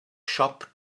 siop